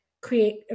create